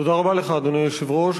אדוני היושב-ראש,